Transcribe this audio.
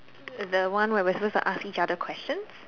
the one where we're supposed to ask each other questions